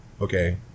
okay